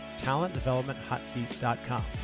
talentdevelopmenthotseat.com